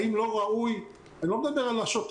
האם לא ראוי אני לא מדבר על השוטף,